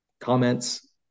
comments